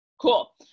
cool